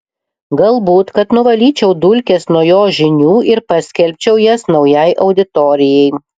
galbūt kad nuvalyčiau dulkes nuo jo žinių ir paskelbčiau jas naujai auditorijai